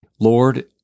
Lord